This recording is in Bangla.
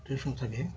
টেলিস্কোপ থাকে